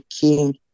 King